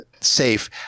safe